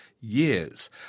years